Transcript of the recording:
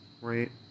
right